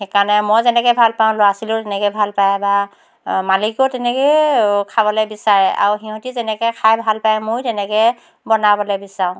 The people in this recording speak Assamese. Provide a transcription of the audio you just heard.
সেই কাৰণে মই যেনেকৈ ভাল পাওঁ ল'ৰা ছোৱালীও তেনেকৈ ভাল পায় বা মালিকেও তেনেকৈ খাবলৈ বিচাৰে আৰু সিহঁতি যেনেকৈ খাই ভাল পায় ময়ো তেনেকৈ বনাবলৈ বিচাৰোঁ